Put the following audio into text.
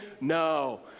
No